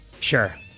Sure